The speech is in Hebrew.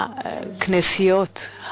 הכנסיות,